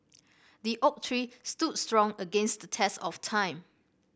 the oak tree stood strong against the test of time